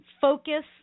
focus